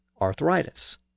arthritis